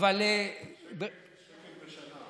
שקל בשנה.